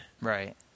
right